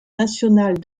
nationale